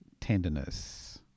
tenderness